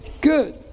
good